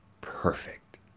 perfect